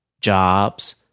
jobs